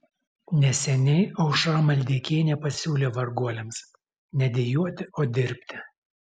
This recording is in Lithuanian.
neseniai aušra maldeikienė pasiūlė varguoliams ne dejuoti o dirbti